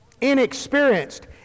inexperienced